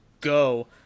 go